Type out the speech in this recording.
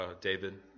David